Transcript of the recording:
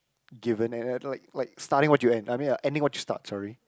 given and and like like starting what you end I mean ah ending what you start sorry